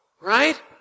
Right